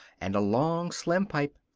and a long, slim pipe,